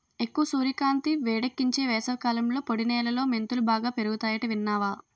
ఎక్కువ సూర్యకాంతి, వేడెక్కించే వేసవికాలంలో పొడి నేలలో మెంతులు బాగా పెరుగతాయట విన్నావా